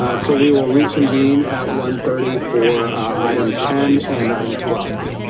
ah so we will reconvene at one thirty for item ten and item twelve.